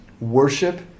worship